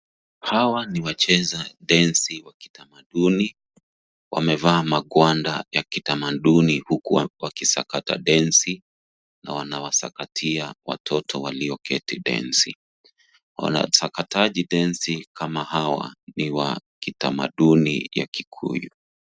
Hawa ni wacheza densi wa kitamaduni . Wamevaa magwanda ya kitamaduni huku wakisakata densi na wanawasakatia watoto walioketi densi. Wanasakataji densi kama hawa ni wa kitamaduni ya kikuyu.